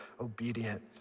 obedient